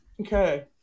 Okay